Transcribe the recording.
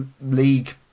league